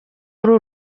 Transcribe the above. kuri